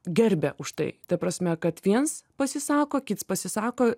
gerbia už tai ta prasme kad viens pasisako kits pasisako